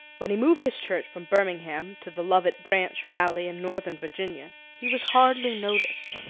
when he moved his church from birmingham to the lovett branch valley in northern virginia, he was hardly noticed.